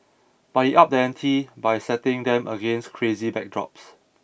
but he up the ante by setting them against crazy backdrops